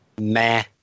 Meh